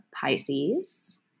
Pisces